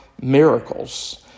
miracles